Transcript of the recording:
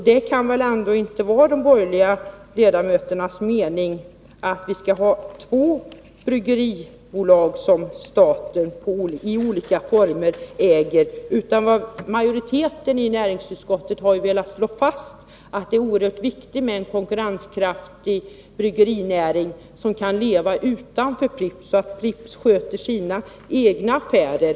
Det kan väl ändå inte vara de borgerliga ledamöternas mening att vi skall ha två bryggeribolag som staten i olika former äger? Vad majoriteten i näringsutskottet har velat slå fast är att det är oerhört viktigt med en konkurrenskraftig bryggerinäring som kan leva utanför Pripps och att Pripps sköter sina egna affärer.